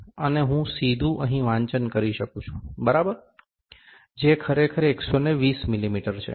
અને હું સીધું અહીં વાંચન કરી શકું છું બરાબર જે ખરેખર 120 મીમી છે